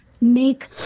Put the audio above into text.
make